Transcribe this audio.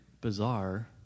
bizarre